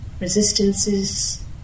resistances